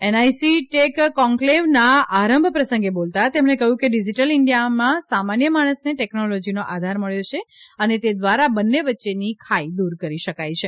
NIC tech કોન્કલેવના આરંબ પ્રસંગે બોલતાં તેમણે કહ્યું કે ડીજીટલ ઇન્ડિયામાં સામાન્ય માણસને ટેકનોલોજીનો આધાર મળ્યો છે અને તે દ્વારા બંને વચ્ચેની ખાઇ દૂર કરી શકાઇ છે